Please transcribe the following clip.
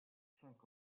cinq